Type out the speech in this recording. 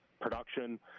production